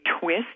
twist